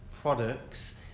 products